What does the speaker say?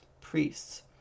priests